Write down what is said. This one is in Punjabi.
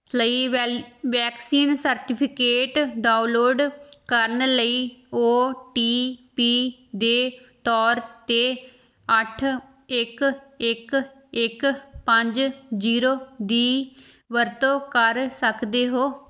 ਲਈ ਵੈਲ ਵੈਕਸੀਨ ਸਰਟੀਫਿਕੇਟ ਡਾਊਨਲੋਡ ਕਰਨ ਲਈ ਓ ਟੀ ਪੀ ਦੇ ਤੌਰ 'ਤੇ ਅੱਠ ਇੱਕ ਇੱਕ ਇੱਕ ਪੰਜ ਜ਼ੀਰੋ ਦੀ ਵਰਤੋਂ ਕਰ ਸਕਦੇ ਹੋ